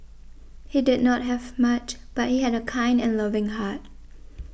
he did not have much but he had a kind and loving heart